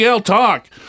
talk